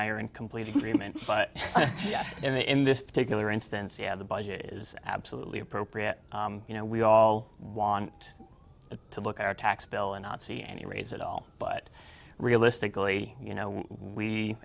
in complete agreement in this particular instance you have the budget is absolutely appropriate you know we all want to look at our tax bill and not see any raise at all but realistically you know we